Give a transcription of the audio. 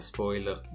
Spoiler